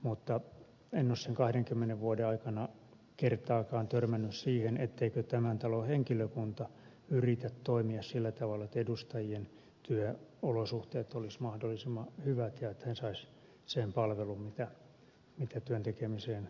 mutta en ole sen kahdenkymmenen vuoden aikana kertaakaan törmännyt siihen etteikö tämän talon henkilökunta yritä toimia sillä tavalla että edustajien työolosuhteet olisivat mahdollisimman hyvät ja että he saisivat sen palvelun mitä työn tekemiseen tarvitaan